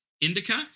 Indica